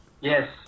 Yes